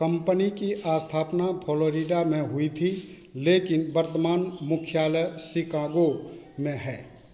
company की स्थापना Florida में हुई थी लेकिन वर्तमान मुख्यालय शिकागो में है